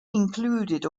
included